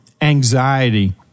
anxiety